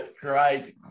great